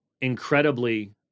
incredibly